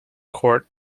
court